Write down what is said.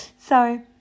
Sorry